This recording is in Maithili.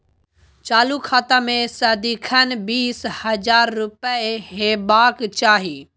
चालु खाता मे सदिखन बीस हजार रुपैया हेबाक चाही